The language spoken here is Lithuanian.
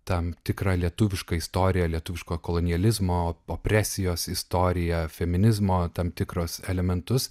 tam tikrą lietuviška istorija lietuviško kolonializmo popresijos istoriją feminizmo tam tikrus elementus